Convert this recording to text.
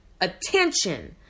attention